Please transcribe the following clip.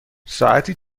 ساعتی